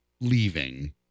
leaving